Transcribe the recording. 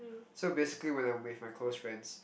so basically when I'm with my close friends